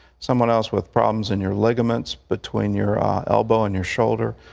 someone else, with problems in your ligaments between your elbow and your shoulder,